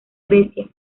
grecia